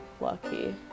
lucky